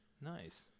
Nice